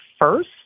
first